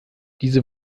diese